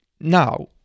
Now